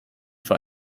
für